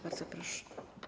Bardzo proszę.